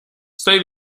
estoy